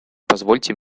позвольте